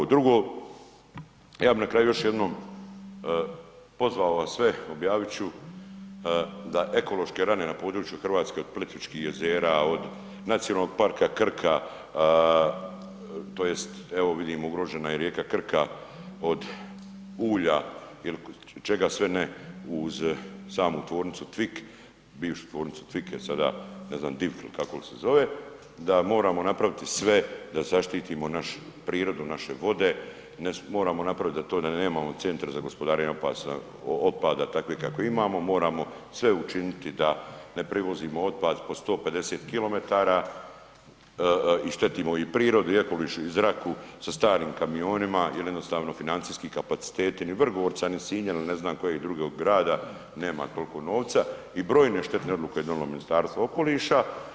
Drugo, ja bi na kraju još jednom pozvao vas sve objavit ću da ekološke rane na području Hrvatske od Plitvičkih jezera, od Nacionalnog parka Krka tj. evo vidim ugrožena je i rijeka Krka od ulja il čega sve ne uz samu tvornicu Tvik, bivšu tvornicu Tvik, jel sada ne znam Div il kako li se zove, da moramo napraviti sve da zaštitimo naš, prirodu, naše vode, moramo napraviti to da nemamo centar za gospodarenje otpada takve kakve imamo, moramo sve učiniti da ne privozimo otpad po 150 km i štetimo i prirodi i okolišu i zraku sa starim kamionima jer jednostavno financijski kapaciteti ni Vrgorca, ni Sinja il ne znam kojeg drugog grada nema toliko novca i brojne štetne odluke je donijelo Ministarstvo okoliša.